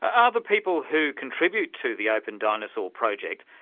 are the people who contribute to the open dinosaur project,